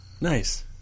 Nice